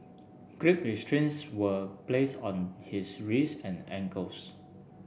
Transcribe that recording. Grip restraints were placed on his wrists and ankles